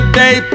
day